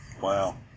Wow